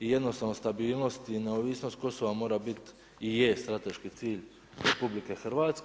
I jednostavno stabilnost i neovisnost Kosova mora biti i je strateški cilj RH.